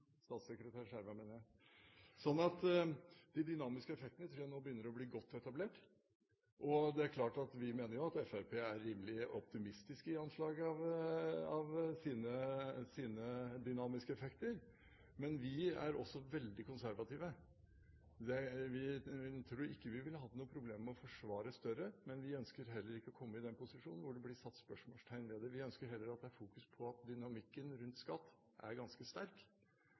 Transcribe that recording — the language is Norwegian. Statssekretær Schjerva har et innlegg i Dagens Næringsliv i dag hvor han beskriver de dynamiske effektene. De dynamiske effektene tror jeg nå begynner å bli godt etablert. Det er klart at vi mener at Fremskrittspartiet er rimelig optimistiske i anslaget av sine dynamiske effekter, men vi er også veldig konservative. Jeg tror ikke vi ville hatt noen problemer med å forsvare større, men vi ønsker ikke å komme i den posisjon hvor det blir satt spørsmålstegn ved det. Vi ønsker heller at det er fokus på at dynamikken rundt skatt er ganske sterk,